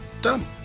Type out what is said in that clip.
Done